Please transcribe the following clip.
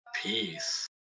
Peace